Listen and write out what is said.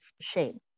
shame